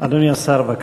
אדוני השר, בבקשה.